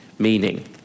Meaning